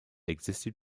existed